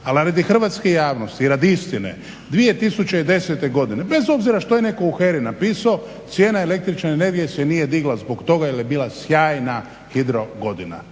Ali radi hrvatske javnosti i radi istine 2010. godine bez obzira što je netko u HERA-i napisao cijena električne energije se nije digla zbog toga jer je bila sjajna hidro godina.